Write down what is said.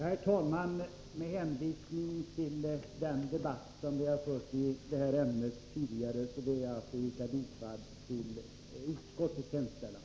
Herr talman! Med hänvisning till den debatt som vi har fört i det här ämnet tidigare ber jag att få yrka bifall till utskottets hemställan.